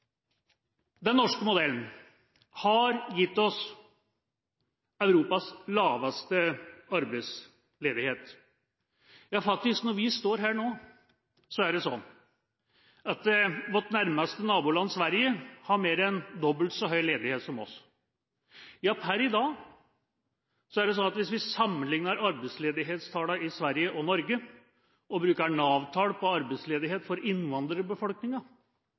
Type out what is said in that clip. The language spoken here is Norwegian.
Den norske modellen har gitt oss Europas laveste arbeidsledighet. Ja, faktisk når vi står her nå, er det sånn at vårt nærmeste naboland, Sverige, har mer enn dobbelt så høy ledighet som oss. Ja, per i dag er det sånn at hvis vi sammenligner arbeidsledighetstallene i Sverige og Norge og bruker Nav-tall på arbeidsledighet for innvandrerbefolkninga,